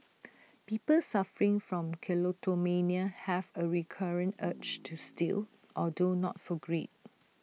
people suffering from kleptomania have A recurrent urge to steal although not for greed